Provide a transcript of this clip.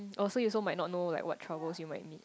oh so you also might not know like what troubles you might meet